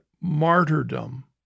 martyrdom